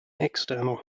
external